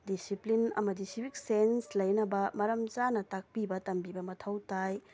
discipline ꯑꯃꯗꯤ ꯁꯤꯚꯤꯛꯁ sense ꯂꯩꯅꯕ ꯃꯔꯝ ꯆꯥꯅ ꯇꯥꯛꯄꯤꯕ ꯇꯝꯕꯤꯕ ꯃꯊꯧ ꯇꯥꯏ